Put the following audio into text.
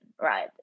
right